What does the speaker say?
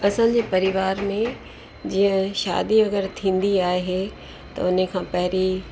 असांजे परिवार में जीअं शादी वग़ैरह थींदी आहे त हुन खां पहिरीं